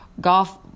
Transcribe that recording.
golf